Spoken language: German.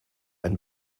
ein